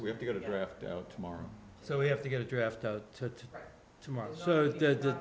we have to go to draft out tomorrow so we have to get a draft to tomorrow so the